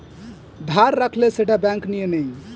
ধার রাখলে সেটা ব্যাঙ্ক নিয়ে নেয়